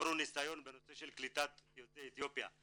שצברו ניסיון בנושא קליטת יוצאי אתיופיה,